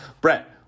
brett